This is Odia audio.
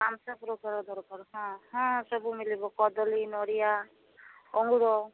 ପାଞ୍ଚ ପ୍ରକାର ଦରକାର ହଁ ହଁ ସବୁ ମିଳିବ କଦଳୀ ନଡ଼ିଆ ଅଙ୍ଗୁର